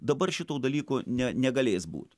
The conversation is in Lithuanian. dabar šito dalyko ne negalės būt